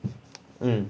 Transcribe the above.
mm